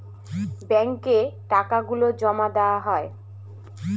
ব্যাঙ্কে টাকা গুলো জমা দেওয়া হয়